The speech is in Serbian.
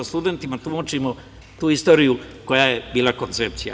To studentima tumačimo tu istoriju koja je bila koncepcija.